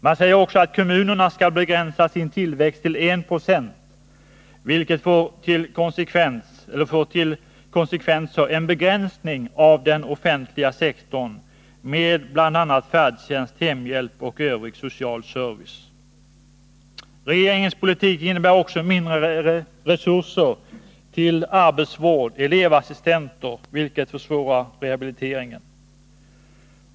Man säger också att kommunerna skall begränsa sin tillväxt till 1 96, vilket får till konsekvens en begränsning av den offentliga sektorn med bl.a. färdtjänst, hemhjälp och övrig social service. Regeringens politik innebär också mindre resurser till arbetsvård och elevassistenter, vilket försvårar rehabiliteringen.